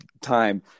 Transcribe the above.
time